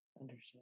understood